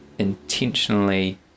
intentionally